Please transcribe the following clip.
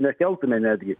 nekeltume netgi